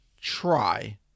try